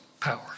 power